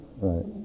Right